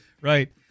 right